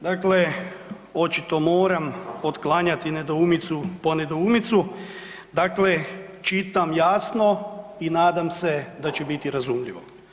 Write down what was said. Dakle, očito moram otklanjati nedoumicu po nedoumicu, dakle čitam jasno i nadam se da će biti razumljivo.